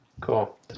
Cool